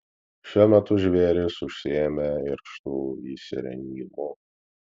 šiuo metu žvėrys užsiėmę irštvų įsirengimu